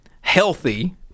healthy